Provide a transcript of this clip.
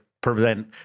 prevent